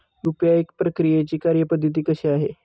UPI प्रक्रियेची कार्यपद्धती कशी आहे?